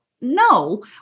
no